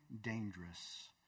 dangerous